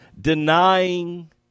denying